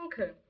Okay